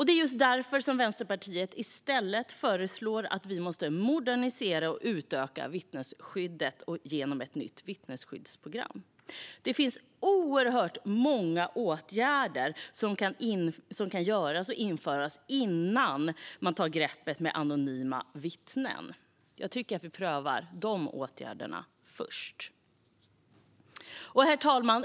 Det är just därför som Vänsterpartiet i stället föreslår att vi ska modernisera och utöka vittnesskyddet med hjälp av ett nytt vittnesskyddsprogram. Det finns oerhört många åtgärder som kan vidtas innan man tar till greppet med anonyma vittnen. Jag tycker att vi prövar de åtgärderna först. Herr talman!